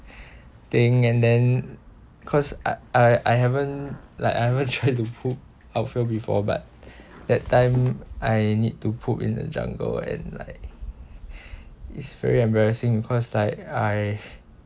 thing and then cause I I I haven't like I haven't try to poop outfield before but that time I need to poop in the jungle and like it's very embarrassing cause like I